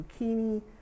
zucchini